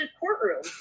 courtroom